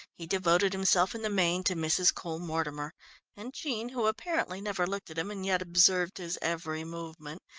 he devoted himself in the main to mrs. cole-mortimer and jean, who apparently never looked at him and yet observed his every movement,